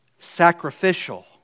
Sacrificial